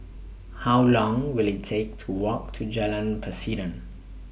How Long Will IT Take to Walk to Jalan Pasiran